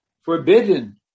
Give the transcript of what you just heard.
forbidden